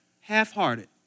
Half-hearted